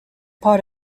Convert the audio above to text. part